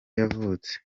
yavutse